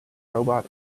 robot